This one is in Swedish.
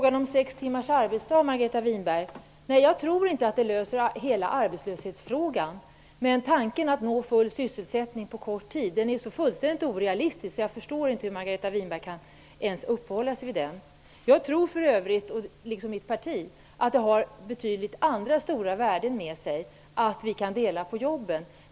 Fru talman! Jag tror inte att sex timmars arbetsdag löser hela arbetslöshetsfrågan, Margareta Winberg. Men tanken att nå full sysselsättning på kort tid är så fullständigt orealistisk. Jag förstår inte hur Margareta Winberg ens kan uppehålla sig vid den. Jag och mitt parti tror att det för med sig andra värden om vi kan dela på jobben.